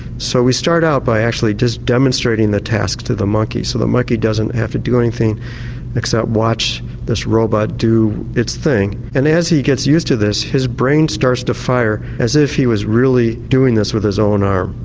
so we start out by actually just demonstrating the tasks to the monkey so the monkey doesn't have to do anything except watch this robot do its thing. and as he gets used to this his brain starts to fire as if he was really doing this with his own arm,